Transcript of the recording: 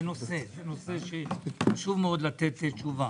זה נושא שחשוב מאוד לתת תשובה.